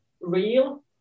real